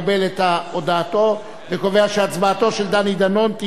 וקובע שהצבעתו של דני דנון תיוחס לכרמל שאמה,